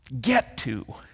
get-to